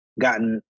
gotten